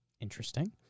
interesting